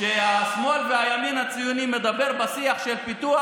כשהשמאל והימין הציוני מדברים בשיח של פיתוח,